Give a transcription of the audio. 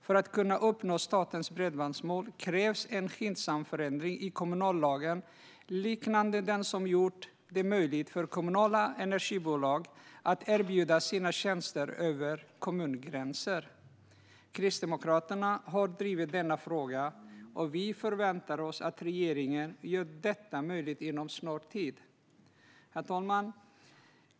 För att man ska kunna uppnå statens bredbandsmål krävs en skyndsam förändring i kommunallagen, liknande den som gjort det möjligt för kommunala energibolag att erbjuda sina tjänster över kommungränser. Kristdemokraterna har drivit denna fråga, och vi förväntar oss att regeringen gör detta möjligt inom en snar tid. Herr talman!